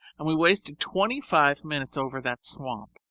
and we wasted twenty-five minutes over that swamp.